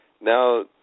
now